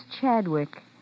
Chadwick